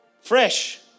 fresh